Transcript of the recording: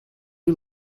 you